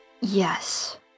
Yes